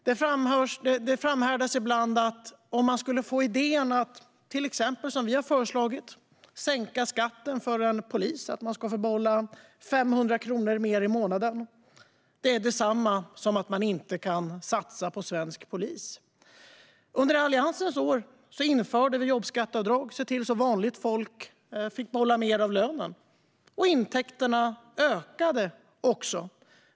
Det framhålls ibland att om man, som vi har föreslagit, skulle sänka skatten så att en polis skulle få behålla 500 kronor mer i månaden, är det detsamma som att man inte kan satsa på svensk polis. Under Alliansens år införde vi jobbskatteavdrag, så att vanligt folk fick behålla mer av lönen. Intäkterna ökade också.